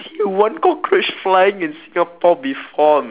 see one cockroach flying in singapore before